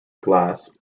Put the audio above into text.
glass